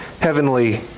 heavenly